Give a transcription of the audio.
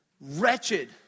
wretched